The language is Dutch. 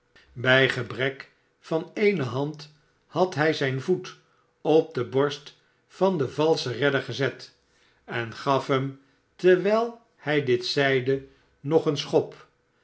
bij gebrek van eene hand had hij zijn voet op de borst van den valschen redder gezet en gaf hem terwijl hij dit zeide nog een vschop